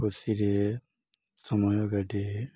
ଖୁସିରେ ସମୟ କାଟେ